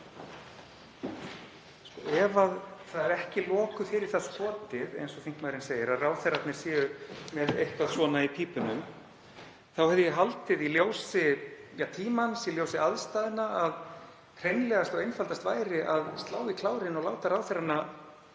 Ef ekki er loku fyrir það skotið, eins og þingmaðurinn segir, að ráðherrar séu með eitthvað svona í pípunum, hefði ég haldið, í ljósi tímans, í ljósi aðstæðna, að hreinlegast og einfaldast væri að slá í klárinn og láta ráðherrana